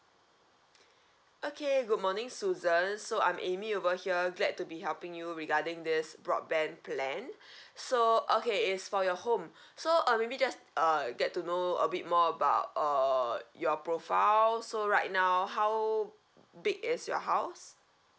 okay good morning susan so I'm amy over here glad to be helping you regarding this broadband plan so okay it's for your home so uh maybe just uh get to know a bit more about uh your profile so right now how big is your house